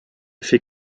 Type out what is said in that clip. fait